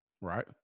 right